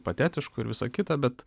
patetiškų ir visa kita bet